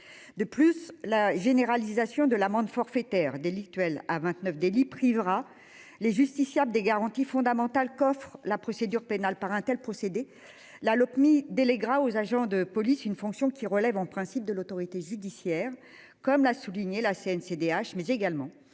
De plus, la généralisation de l'amende forfaitaire délictuelle à 29 délit privera les justiciables des garanties fondamentales coffre la procédure pénale par un tel procédé la Lopmi déléguera aux agents de police une fonction qui relèvent en principe de l'autorité judiciaire, comme l'a souligné la Cncdh mais également